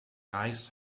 ice